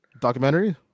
Documentary